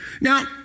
Now